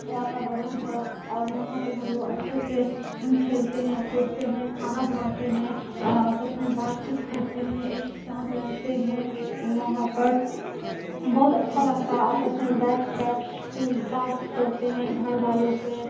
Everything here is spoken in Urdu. واتاورن ہو اور وہاں پہ ہم لوگ اچھے سے کھیلتے ہیں پھرتے ہیں کھانا بناتے ہیں اور آپس میں بات چیت کرتے ہیں ایک ساتھ رہتے ہیں وہاں پر بہت اچھا لگتا ہے آپس میں بیٹھ کر بات کرتے ہیں گھر والوں سے